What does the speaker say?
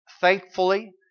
Thankfully